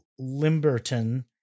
Limberton